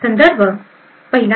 संदर्भ 1